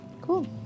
Cool